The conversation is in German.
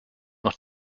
noch